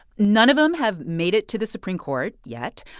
none of them have made it to the supreme court yet.